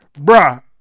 Bruh